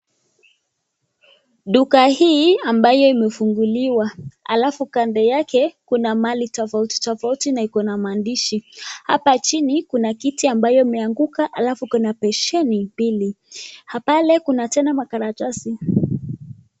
Duka hii ambayo imefunguliwa alafu kando yake kuna mali tofauti tofauti na iko na maandishi hapa chini kuna kiti ambayo imeanguka alafu kuna [besheni] mbili pale kuna tena makaratasi.